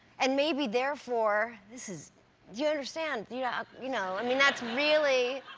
and maybe therefore this is you understand, you know you know, i mean that's really